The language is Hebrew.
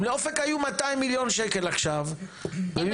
אם לאופק היו 200 מיליון שקלים עכשיו במקום